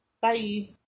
Bye